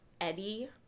eddie